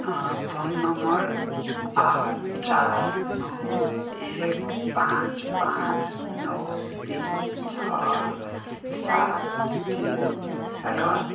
phone number आठ चार नौ एक पाँच पाँच नौ तिन छ सात तिन र